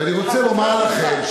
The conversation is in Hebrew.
ואני רוצה לומר לכם,